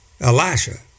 Elisha